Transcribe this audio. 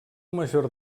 major